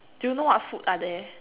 do you know what food are there